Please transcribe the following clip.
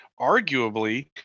arguably